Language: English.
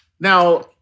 Now